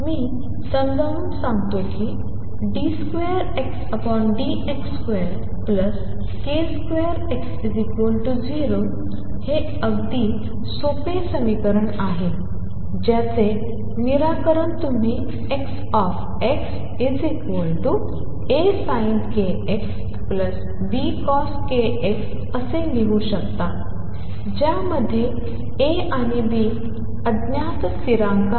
मी समजावून सांगतो की d2Xdx2k2X0 हे अगति सोपे समीकरण आहे ज्याचे निराकरण तुम्ही X AsinkxBcoskx असे लिहू शकता ज्यामध्ये A आणि B अज्ञात स्थिरांक आहेत